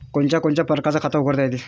कोनच्या कोनच्या परकारं खात उघडता येते?